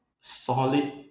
solid